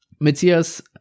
Matthias